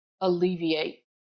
alleviate